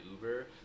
Uber